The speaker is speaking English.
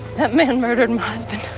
that man murdered my husband.